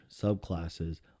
subclasses